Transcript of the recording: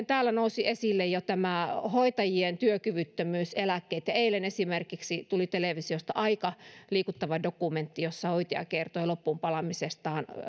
täällä nousivat esille jo hoitajien työkyvyttömyyseläkkeet eilen esimerkiksi tuli televisiosta aika liikuttava dokumentti jossa hoitaja kertoi loppuunpalamisestaan